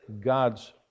God's